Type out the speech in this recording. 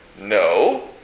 No